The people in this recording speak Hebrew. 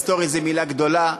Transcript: היסטורי זה מילה גדולה,